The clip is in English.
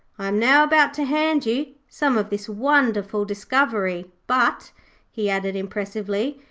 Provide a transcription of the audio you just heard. i am now about to hand you some of this wonderful discovery. but he added impressively,